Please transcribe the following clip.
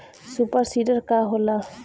Super seeder का होला?